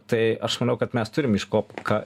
tai aš manau kad mes turim iš ko ką